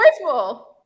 joyful